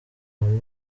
hamwe